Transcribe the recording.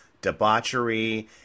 debauchery